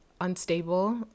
unstable